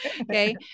Okay